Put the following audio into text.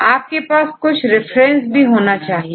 छात्र आपके पास कुछ रिफरेंस होना चाहिए